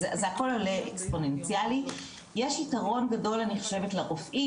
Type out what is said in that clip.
זה הכול עולה אקספוננציאלי יש יתרון גדול אני חושבת לרופאים,